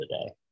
today